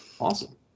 Awesome